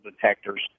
detectors